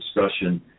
discussion